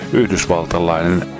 yhdysvaltalainen